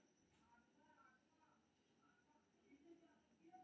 कम दबाव बला एयरोपोनिक प्रणाली सबसं बेसी लोकप्रिय छै, जेआसानी सं भेटै छै